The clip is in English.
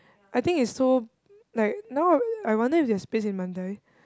I think it's so like now I wonder if there's space in Mandai